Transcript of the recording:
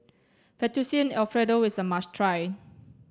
Fettuccine Alfredo is a must try